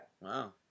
Wow